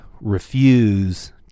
refuse